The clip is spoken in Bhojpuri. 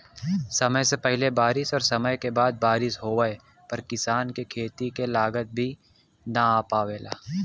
समय से पहिले बारिस और समय के बाद बारिस होवे पर किसान क खेती क लागत भी न आ पावेला